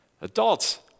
Adults